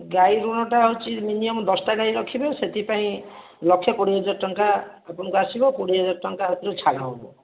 ଗାଈ ଋଣଟା ହେଉଛି ମିନିମମ୍ ଦଶଟା ଗାଈ ରଖିଥିବ ସେଥିପାଇଁ ଲକ୍ଷେ କୋଡ଼ିଏ ହଜାର ଟଙ୍କା ଆପଣଙ୍କୁ ଆସିବ କୋଡ଼ିଏ ହଜାର ଟଙ୍କା ହାତରୁ ଛାଡ଼ ହେବ